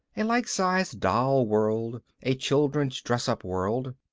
a lifesize doll world, a children's dress-up world.